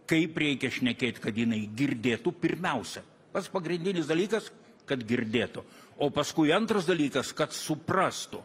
kaip reikia šnekėt kad jinai girdėtų pirmiausia pats pagrindinis dalykas kad girdėtų o paskui antras dalykas kad suprastų